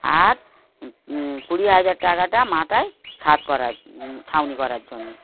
আর কুড়ি হাজার টাকাটা মাথায় ছাদ করার ছাউনি করার জন্যে